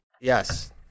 Yes